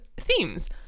Themes